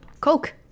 Coke